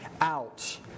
out